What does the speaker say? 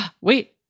Wait